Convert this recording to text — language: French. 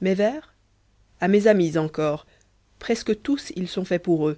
mes vers a mes amis encore presque tous ils sont faits pour eux